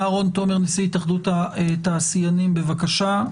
מר רון תומר נשיא התאחדות התעשיינים, בבקשה.